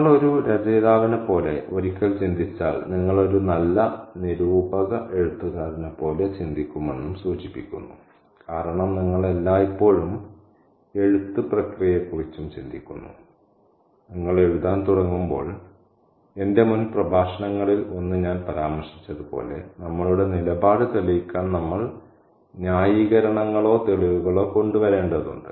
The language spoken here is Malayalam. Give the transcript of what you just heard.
നിങ്ങൾ ഒരു രചയിതാവിനെപ്പോലെ ഒരിക്കൽ ചിന്തിച്ചാൽ നിങ്ങൾ ഒരു നല്ല നിരൂപക എഴുത്തുകാരനെപ്പോലെ ചിന്തിക്കുമെന്നും സൂചിപ്പിക്കുന്നു കാരണം നിങ്ങൾ എല്ലായ്പ്പോഴും എഴുത്ത് പ്രക്രിയയെക്കുറിച്ചും ചിന്തിക്കുന്നു കാരണം നിങ്ങൾ എഴുതാൻ തുടങ്ങുമ്പോൾ എന്റെ മുൻ പ്രഭാഷണങ്ങളിൽ ഒന്ന് ഞാൻ പരാമർശിച്ചതുപോലെ നമ്മളുടെ നിലപാട് തെളിയിക്കാൻ നമ്മൾ ന്യായീകരണങ്ങളോ തെളിവുകളോ കൊണ്ടുവരേണ്ടതുണ്ട്